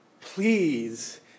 Please